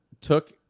took